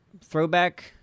throwback